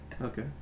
okay